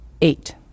Eight